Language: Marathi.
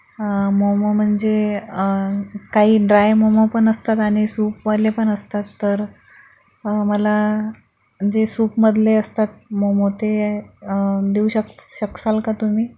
मोमो म्हणजे काही ड्राय मोमोपण असतात आणि सुपवाले पण असतात तर मला जे सूपमधले असतात मोमो ते देऊ शक शकाल का तुम्ही